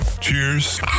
cheers